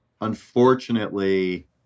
unfortunately